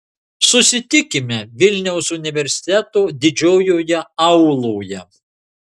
susitikime vilniaus universiteto didžiojoje auloje